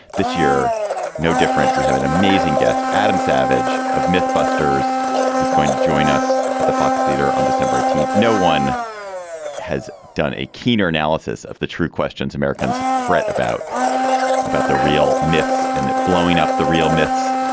this year no different. we have an amazing guest adam savage of myth busters is going to join us at the fox theater on december eighteenth. no one has done a keener analysis of the true questions americans fret about about the real myths and blowing up the real myths.